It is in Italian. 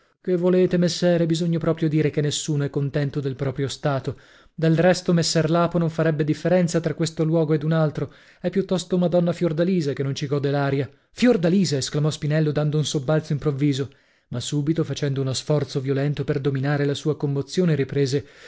che volete messere bisogna proprio dire che nessuno è contento del proprio stato del resto messer lapo non farebbe differenza tra questo luogo ed un altro è piuttosto madonna fiordalisa che non ci gode l'aria fiordalisa esclamò spinello dando un sobbalzo improvviso ma subito facendo uno sforzo violento per dominare la sua commozione riprese